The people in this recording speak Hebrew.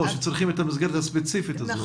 שצריכים את המסגרת הספציפית הזאת.